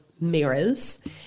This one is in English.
mirrors